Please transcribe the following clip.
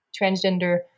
transgender